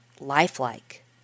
lifelike